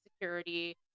Security